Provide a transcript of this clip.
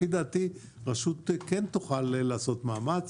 לדעתי רשות כן תוכל לעשות מאמץ,